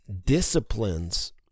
disciplines